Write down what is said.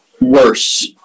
worse